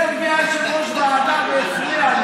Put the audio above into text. מרגי היה יושב-ראש והפריע לי,